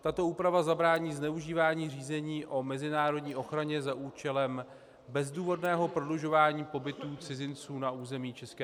Tato úprava zabrání zneužívání řízení o mezinárodní ochraně za účelem bezdůvodného prodlužování pobytů cizinců na území ČR.